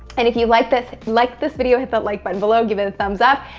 and if you like this like this video, hit the like button below, give it a thumbs up,